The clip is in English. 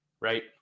right